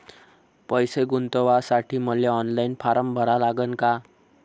पैसे गुंतवासाठी मले ऑनलाईन फारम भरा लागन का?